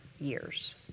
years